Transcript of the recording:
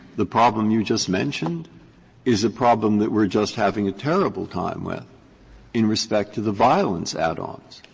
the problem you just mentioned is a problem that we're just having a terrible time with in respect to the violence add-ons.